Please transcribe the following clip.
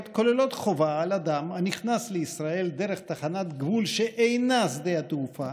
כוללות חובה על אדם הנכנס לישראל דרך תחנת גבול שאינה שדה תעופה